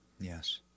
Yes